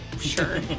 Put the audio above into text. Sure